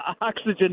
oxygen